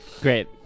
Great